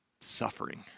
suffering